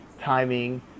timing